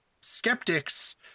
skeptics